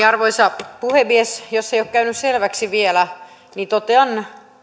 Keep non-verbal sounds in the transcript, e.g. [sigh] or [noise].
[unintelligible] arvoisa puhemies jos ei ole käynyt selväksi vielä niin totean